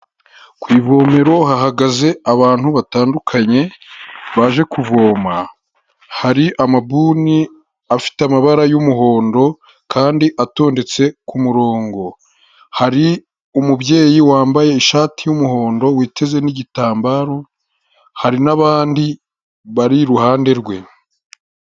Ku ivomero hahagaze abantu batandukanye baje kuvoma, hari amabuni afite amabara y'umuhondo kandi atondetse ku murongo, hari umubyeyi wambaye ishati y'umuhondo witeze n'igitambaro hari n'abandi bari iruhande rwe.